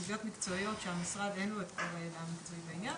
אלו סוגיות מקצועיות שלמשרד אין את כל הידע המקצועי בעניין,